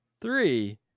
Three